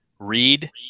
Read